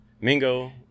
Mingo